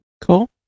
Cool